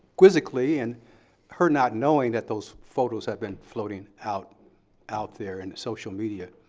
quizzically and her not knowing that those photos had been floating out out there in social media.